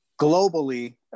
globally